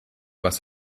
was